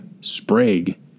SPRAGUE